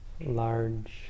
large